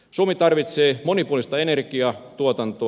suomi tarvitsee monipuolista energiatuotantoa